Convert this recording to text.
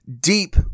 deep